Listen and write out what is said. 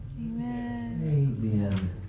Amen